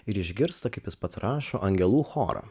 ir išgirsta kaip jis pats rašo angelų chorą